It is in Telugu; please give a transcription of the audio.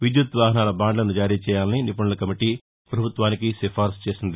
విద్యుత్తు వాహనాల బాండ్లను జారీ చేయాలని నిపుణుల కమిటీ ప్రభుత్వానికి సిఫార్సు చేసింది